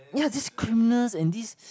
ya this creamer and this